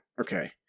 Okay